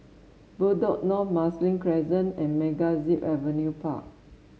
Bedok North Marsiling Crescent and MegaZip Adventure Park